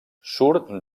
surt